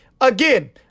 Again